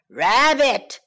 rabbit